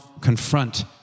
confront